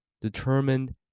determined